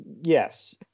yes